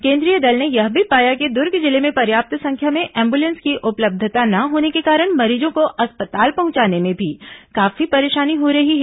केंद्रीय दल ने यह भी पाया कि दुर्ग जिले में पर्याप्त संख्या में एंबुलेंस की उपलब्धता न होने के कारण मरीजों को अस्पताल पहुंचाने में भी काफी परेशानी हो रही है